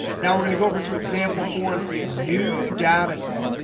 now, we're going to go over to example four and see a new data set.